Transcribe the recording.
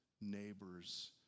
neighbors